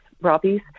Robbie's